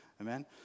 Amen